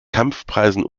kampfpreisen